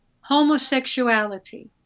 homosexuality